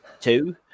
two